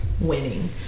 winning